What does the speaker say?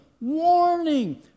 warning